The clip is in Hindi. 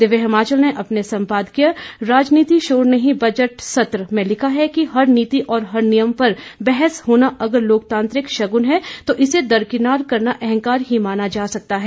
दिव्य हिमाचल ने अपने संपादकीय राजनीति शोर नहीं बजट सत्र में लिखा है कि हर नीति और हर नियम पर बहस होना अगर लोकतांत्रिक शगुन है तो इसे दरकिनार करना अहंकार ही माना जा सकता है